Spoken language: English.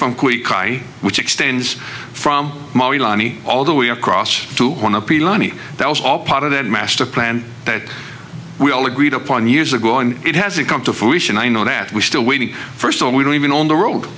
cry which extends from me all the way across to me that was all part of that master plan that we all agreed upon years ago and it hasn't come to fruition i know that we're still waiting first of all we don't even on the road